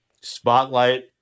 spotlight